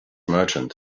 merchant